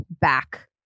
back